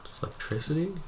Electricity